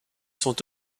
sont